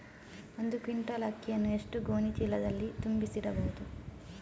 ಒಂದು ಕ್ವಿಂಟಾಲ್ ಅಕ್ಕಿಯನ್ನು ಎಷ್ಟು ಗೋಣಿಚೀಲದಲ್ಲಿ ತುಂಬಿಸಿ ಇಡಬಹುದು?